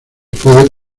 puede